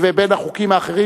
ובין החוקים האחרים,